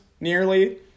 nearly